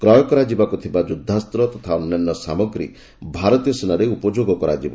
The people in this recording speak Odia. କ୍ରୟ କରାଯିବାକୁ ଥିବା ଯୁଦ୍ଧାସ୍ତ ତଥା ଅନ୍ୟାନ୍ୟ ସାମଗ୍ରୀ ଭାରତୀୟ ସେନାରେ ଉପଯୋଗ କରାଯିବ